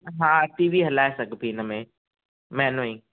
हा टीवी हलाइ सघिबी इनमे महीनो ई